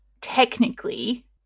technically